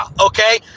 okay